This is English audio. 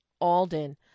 Alden